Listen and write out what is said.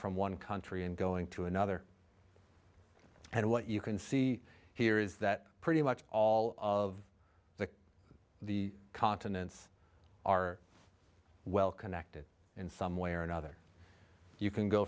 from one country and going to another and what you can see here is that pretty much all of the the continents are well connected in some way or another you can go